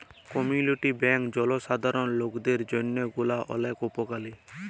community bank জলসাধারল লকদের জন্হে গুলা ওলেক উপকারী